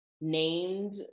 named